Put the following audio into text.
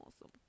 awesome